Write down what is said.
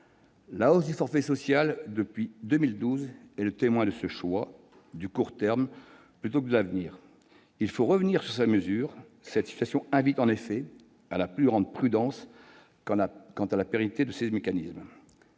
La hausse du forfait social depuis 2012 est le témoin de ce choix du court terme plutôt que de l'avenir. Il faut revenir sur ces mesures. Cette situation invite en effet à la plus grande prudence quant à la pérennité de ces mécanismes.